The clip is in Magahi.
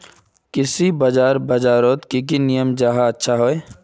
कृषि बाजार बजारोत की की नियम जाहा अच्छा हाई?